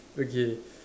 okay